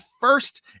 first